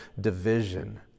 division